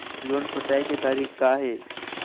Loan पटाए के तारीख़ का हे?